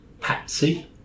patsy